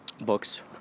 books